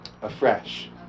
afresh